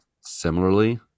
similarly